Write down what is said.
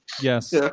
yes